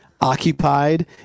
Occupied